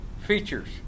features